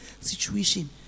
situation